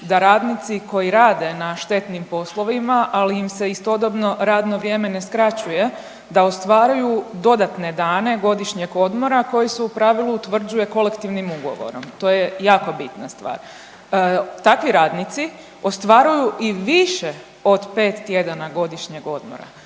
da radnici koji rade na štetnim poslovima, ali im se istodobno radno vrijeme ne skraćuje, da ostvaruju dodatne dane godišnjeg odmora, a koji se u pravilu utvrđuje kolektivnim ugovorom, to je jako bitna stvar. Takvi radnici ostvaruju i više od 5 tjedana godišnjeg odmora.